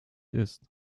ist